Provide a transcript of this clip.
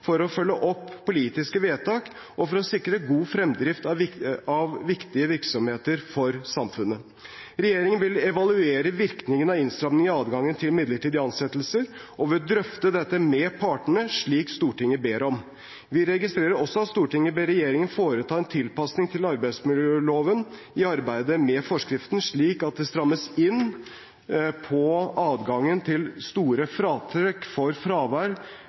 for å følge opp politiske vedtak og for å sikre god drift av viktige virksomheter for samfunnet. Regjeringen vil evaluere virkningen av innstrammingen i adgangen til midlertidige ansettelser og vil drøfte dette med partene, slik Stortinget ber om. Vi registrerer også at Stortinget ber regjeringen foreta en tilpasning til arbeidsmiljøloven i arbeidet med forskriften, slik at det strammes inn på adgangen til å gjøre fratrekk for fravær